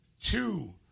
two